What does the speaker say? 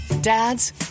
Dads